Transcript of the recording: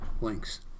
links